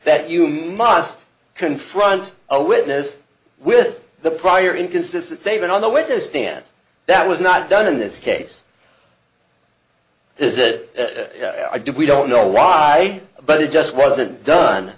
that you must confront a witness with the prior inconsistent statement on the witness stand that was not done in this case this is it i did we don't know why but it just wasn't done